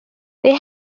they